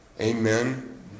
Amen